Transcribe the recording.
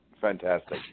fantastic